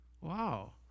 wow